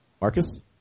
Marcus